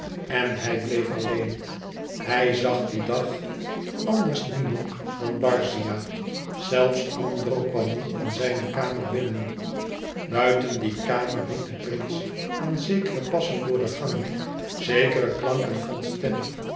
en hij bleef alleen hij zag dien dag anders niemand dan barzia zelfs andro kwam niet in zijne kamer binnen buiten die kamer ried de prins aan zekere passen door de gangen zekere klanken van stem